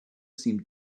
seemed